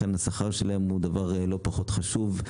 לכן השכר שלהם לא פחות חשוב.